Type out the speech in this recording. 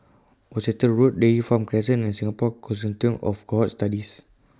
Worcester Road Dairy Farm Crescent and Singapore Consortium of Cohort Studies